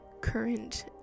current